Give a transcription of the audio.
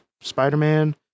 Spider-Man